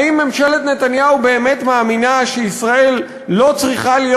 האם ממשלת נתניהו באמת מאמינה שישראל לא צריכה להיות